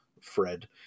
Fred